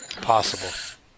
possible